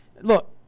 Look